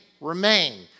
remain